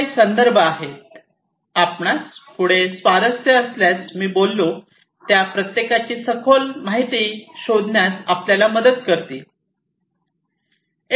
काही संदर्भ येथे आहेत आपणास पुढे स्वारस्य असल्यास मी बोललो त्या प्रत्येकाची सखोल माहिती शोधण्यास आपल्याला मदत करतील